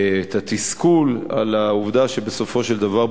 את התסכול על העובדה שבסופו של דבר,